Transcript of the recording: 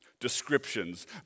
descriptions